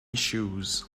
shoes